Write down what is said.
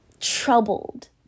troubled